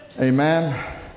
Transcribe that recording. amen